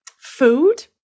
food